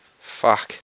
Fuck